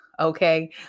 Okay